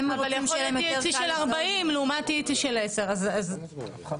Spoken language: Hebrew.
אבל יכול להיות THC של 40 לעומת THC של 10. המטרה